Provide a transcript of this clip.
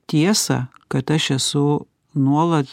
tiesą kad aš esu nuolat